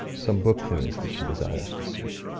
some book there is that she desires to see.